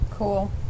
Cool